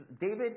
David